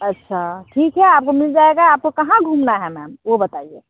अच्छा ठीक है आपको मिल जाएगा आपको कहाॅं घूमना है मैम वो बताइए